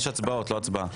יש הצבעות, לא הצבעה.